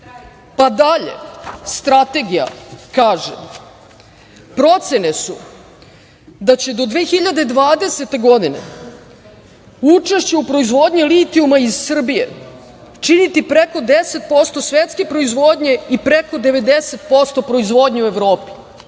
svetu. Dalje Strategija kaže - procene su da će do 2020. godine učešće u proizvodnji litijuma iz Srbije činiti preko 10% svetske proizvodnje i preko 90% proizvodnje u Evropi.